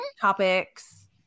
topics